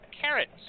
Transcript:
carrots